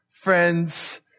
Friends